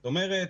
זאת אומרת,